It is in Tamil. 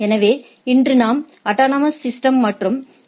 எனவே இன்று நாம் அட்டானமஸ் சிஸ்டம் மற்றும் ஏ